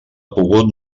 pogut